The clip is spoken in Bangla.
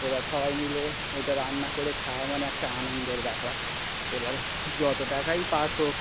এবার সবাই মিলে ওইটা রান্না করে খাওয়া মানে একটা আনন্দের ব্যাপার এবার যত টাকাই পাস হোক